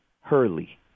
Hurley